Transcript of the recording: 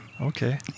Okay